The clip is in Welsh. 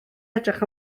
edrych